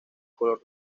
color